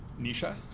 nisha